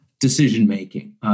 decision-making